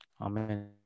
Amen